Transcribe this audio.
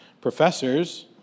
professors